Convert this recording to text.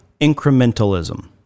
incrementalism